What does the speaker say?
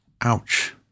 ouch